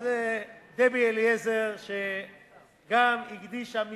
דבי אליעזר, שגם הקדישה מזמנה,